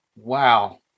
Wow